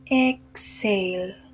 Exhale